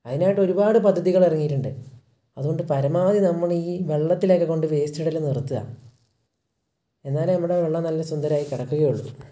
അതിനായിട്ട് ഒരുപാട് പദ്ധതികളിറങ്ങിയിട്ടുണ്ട് അതുകൊണ്ട് പരമാവധി നമ്മൾ ഈ വെള്ളത്തിലൊക്കെക്കൊണ്ട് വേസ്റ്റിടൽ നിർത്തുക എന്നാലേ നമ്മുടെ വെള്ളം നല്ല സുന്ദരമായി കിടക്കുകയുള്ളൂ